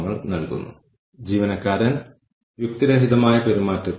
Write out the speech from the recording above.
കപ്ലാനും നോർട്ടണും എഴുതിയ പേപ്പർ ആണിത്